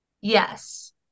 Yes